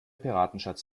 piratenschatz